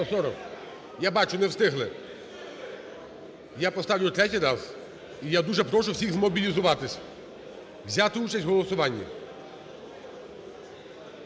Я бачу, не встигли. Я поставлю третій раз, і уже прошу всіхзмобілізуватися, взяти участь у голосуванні.